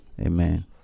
Amen